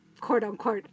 quote-unquote